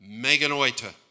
Meganoita